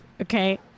Okay